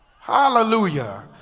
hallelujah